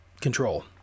control